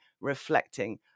reflecting